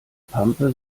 pampe